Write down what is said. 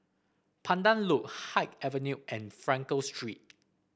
Pandan Loop Haig Avenue and Frankel Street